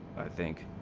think